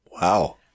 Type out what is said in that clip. wow